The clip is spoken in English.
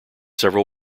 several